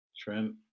Trent